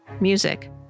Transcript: Music